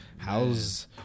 How's